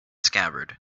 scabbard